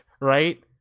right